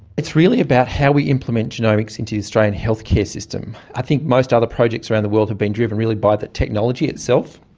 it's really about how we implement genomics into the australian healthcare system. i think most of the projects around the world have been driven really by the technology itself.